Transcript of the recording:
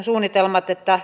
ennen kaikkea